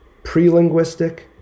pre-linguistic